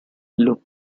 below